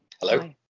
Hello